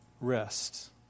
rest